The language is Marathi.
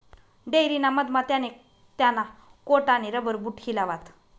डेयरी ना मधमा त्याने त्याना कोट आणि रबर बूट हिलावात